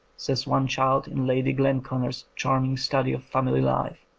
says one child in lady glenconner's charming study of family life.